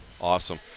Awesome